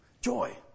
Joy